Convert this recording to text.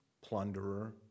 plunderer